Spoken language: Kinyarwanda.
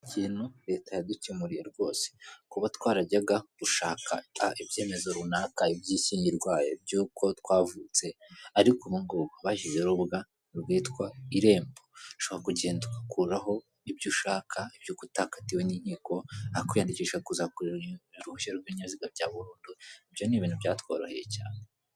Ikintu leta yadukemuriye rwose kuba twarajyaga gushaka ibyemezo runaka iiby'ishyingirwayi iby'uko twavutse ariko ubu ngubu bashyizeho, urubuga rwitwa irembo ushobora kugenda ugakuraho ibyo ushaka iby'uko utakatiwe n'inkiko kwiyandikisha kuzakorera uruhushya rw'ibinyabiziga bya burundu ibyo ni ibintu byatworoheye cyane.